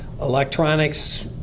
electronics